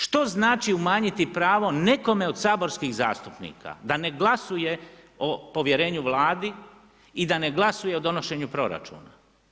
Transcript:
Što znači umanjiti pravo nekome od saborskih zastupnika, da ne glasuje o povjerenju Vladi i da ne glasuje o donošenju proračuna?